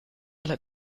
alle